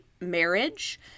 marriage